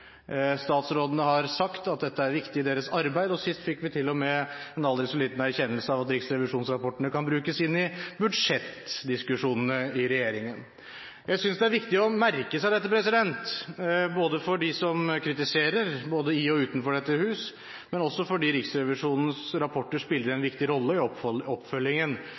har vært viktig. Statsrådene har sagt at dette er viktig i deres arbeid, og sist fikk vi til og med en aldri så liten erkjennelse av at riksrevisjonsrapportene kan brukes i budsjettdiskusjonene i regjeringen. Jeg synes det er viktig å merke seg dette, både for dem som kritiserer – både i og utenfor dette hus – og også fordi Riksrevisjonens rapporter spiller en viktig rolle i oppfølgingen